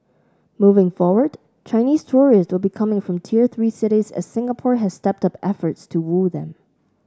moving forward Chinese tourists will be coming from tier three cities as Singapore has stepped up efforts to woo them